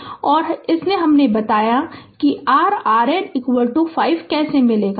और इसने बताया कि r RN 5 कैसे मिलेगा